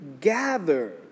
gather